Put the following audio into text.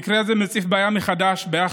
המקרה הזה מציף מחדש בעיה,